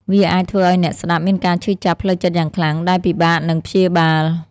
វាអាចធ្វើឱ្យអ្នកស្ដាប់មានការឈឺចាប់ផ្លូវចិត្តយ៉ាងខ្លាំង ដែលពិបាកនឹងព្យាបាល។